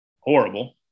horrible